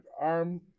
arm